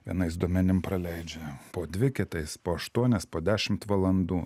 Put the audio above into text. vienais duomenim praleidžia po dvi kitais po aštuonias po dešimt valandų